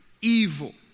evil